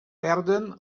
perden